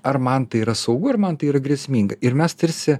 ar man tai yra saugu ir man tai yra grėsminga ir mes tarsi